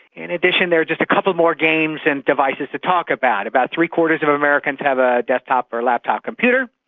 in addition there are just a couple more games and devices to talk about. about three-quarters of americans have a desktop or a laptop computer.